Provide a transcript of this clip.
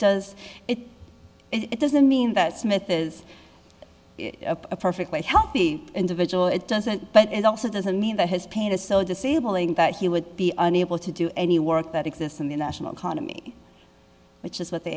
does it it doesn't mean that smith is a perfectly healthy individual it doesn't but it also doesn't mean that his pain is so disabling that he would be unable to do any work that exists in the national economy which is what the